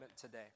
today